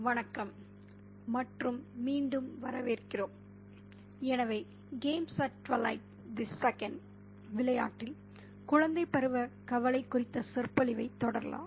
வணக்கம் மற்றும் மீண்டும் வரவேற்கிறோம் எனவே "Twilight Games" Games at Twilight II விளையாட்டில் குழந்தை பருவ கவலை குறித்த சொற்பொழிவைத் தொடரலாம்